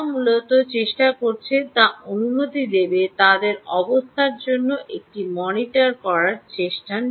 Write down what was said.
যা মূলত চেষ্টা করছে তা অনুমতি দেবে তাদের অবস্থা জন্য একটি মনিটর করার চেষ্টা